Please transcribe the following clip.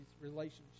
relationships